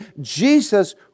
Jesus